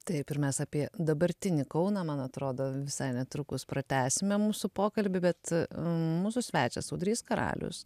taip ir mes apie dabartinį kauną man atrodo visai netrukus pratęsime mūsų pokalbį bet mūsų svečias audrys karalius